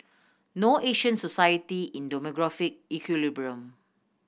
no Asian society in demographic equilibrium